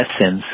essence